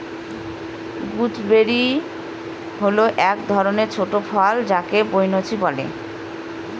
gooseberry হল এক ধরনের ছোট ফল যাকে বৈনচি বলে